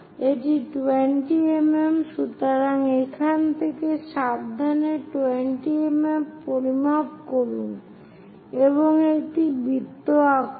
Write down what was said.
এটি 20 মিমি সুতরাং এখান থেকে সাবধানে 20 মিমি পরিমাপ করুন এবং একটি বৃত্ত আঁকুন